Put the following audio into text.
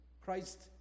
Christ